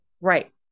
Right